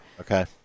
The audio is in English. Okay